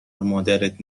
مادرت